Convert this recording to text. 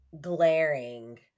glaring